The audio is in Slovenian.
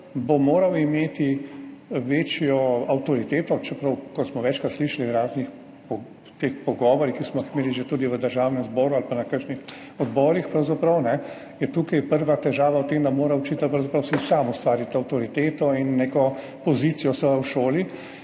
bo moral imeti večjo avtoriteto. Čeprav kot smo večkrat slišali v raznih pogovorih, ki smo jih že imeli tudi v Državnem zboru ali na kakšnih odborih, je tukaj prva težava v tem, da si mora učitelj pravzaprav sam ustvariti avtoriteto in neko pozicijo seveda v šoli.